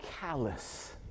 callous